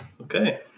Okay